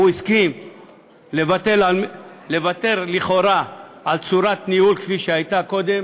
הוא הסכים לוותר לכאורה על צורת ניהול כפי שהייתה קודם